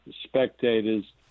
spectators